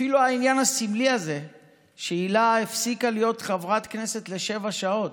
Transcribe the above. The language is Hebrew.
אפילו העניין הסמלי הזה שהילה הפסיקה להיות חברת כנסת לשבע שעות,